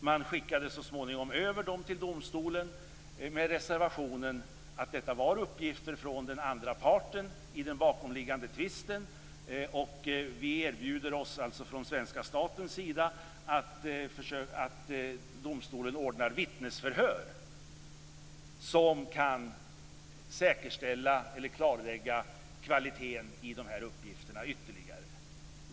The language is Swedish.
Man skickade så småningom över dem till domstolen med reservationen att detta var uppgifter från den andra parten i den bakomliggande tvisten. Från den svenska statens sida erbjöd man sig att i domstolen ordna ett vittnesförhör som kunde säkerställa eller klarlägga kvaliteten i uppgifterna ytterligare.